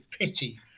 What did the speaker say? pity